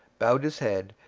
bowed his head,